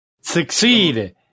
Succeed